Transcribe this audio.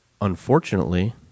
unfortunately